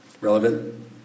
relevant